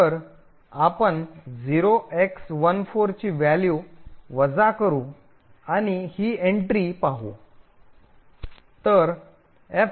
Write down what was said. तर आपण 0x14 ची व्हॅल्यू वजा करू आणि ही एंट्री पाहु